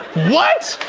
what!